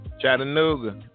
Chattanooga